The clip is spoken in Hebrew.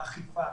באכיפה,